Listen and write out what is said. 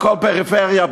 הכול פריפריה,